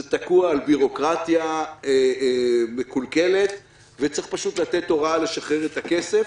זה תקוע על בירוקרטיה מקולקלת וצריך פשוט לתת הוראה לשחרר את הכסף.